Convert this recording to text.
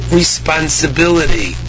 responsibility